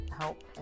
help